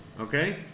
okay